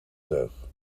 teug